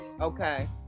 Okay